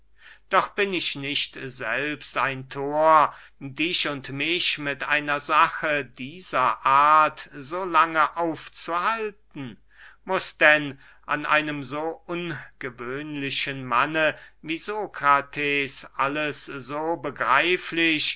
doch bin ich nicht selbst ein thor dich und mich mit einer sache dieser art so lange aufzuhalten muß denn an einem so ungewöhnlichen manne wie sokrates alles so begreiflich